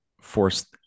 force